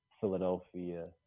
Philadelphia